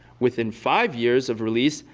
within five years of release,